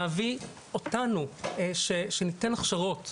להביא אותנו שניתן הכשרות.